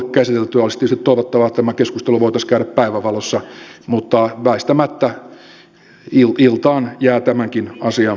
olisi tietysti toivottavaa että tämä keskustelu voitaisiin käydä päivänvalossa mutta väistämättä iltaan jää tämänkin asian pohdinta